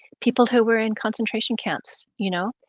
people who were in concentration camps, you know,